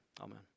Amen